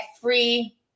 free